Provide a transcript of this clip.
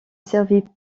servit